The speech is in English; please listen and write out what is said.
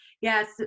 Yes